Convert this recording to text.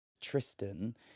Tristan